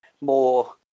more